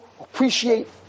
appreciate